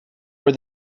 were